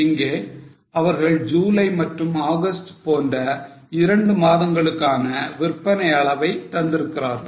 இங்கே அவர்கள் July மற்றும் August போன்ற இரண்டு மாதங்களுக்கான விற்பனை அளவை தந்திருக்கிறார்கள்